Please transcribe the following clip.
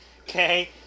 okay